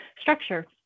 structure